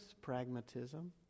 pragmatism